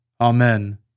Amen